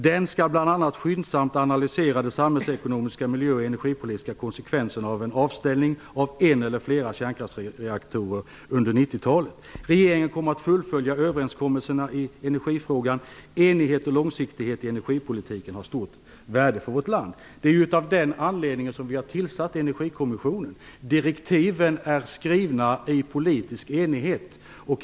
Den skall bl.a. skyndsamt analysera de samhällsekonomiska, miljö och energipolitiska konsekvenserna av en avställning av en eller flera kärnkraftsreaktorer under 1990-talet. Regeringen kommer att fullfölja överenskommelserna i energifrågan. Enighet och långsiktighet i energipolitiken är av stort värde för vårt land." Det är av den anledningen som vi har tillsatt Energikommissionen. Direktiven är skrivna i politisk enighet.